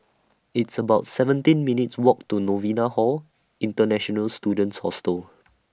It's about seventeen minutes' Walk to Novena Hall International Students Hostel